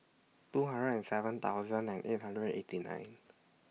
two hundred and seven thousand and eight hundred and eighty nine